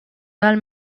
tal